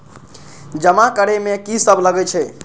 जमा करे में की सब लगे छै?